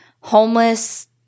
homeless